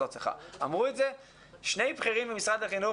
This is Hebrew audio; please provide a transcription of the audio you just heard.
אמרו את זה שני בכירים במשרד החינוך